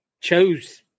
Chose